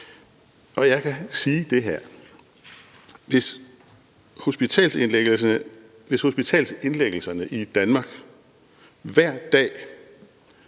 og jeg kan sige det her: Hvis hospitalsindlæggelserne i Danmark siden de